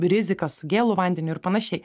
rizika su gėlu vandeniu ir panašiai